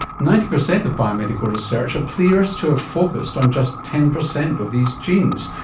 ninety percent of biomedical research appears to have focused on just ten percent of these genes,